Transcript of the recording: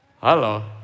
Hello